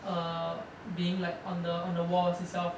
err being like on the on the walls itself